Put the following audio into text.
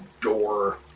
door